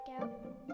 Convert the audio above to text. out